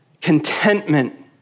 contentment